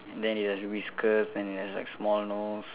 and then it has whiskers and it has like small nose